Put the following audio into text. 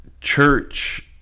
church –